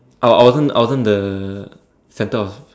I wasn't I wasn't the centre of